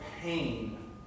pain